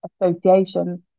associations